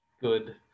Good